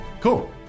Cool